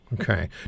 Okay